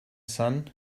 son